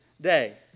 day